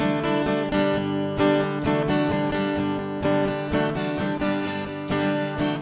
no no no no no no no no